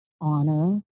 honor